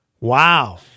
Wow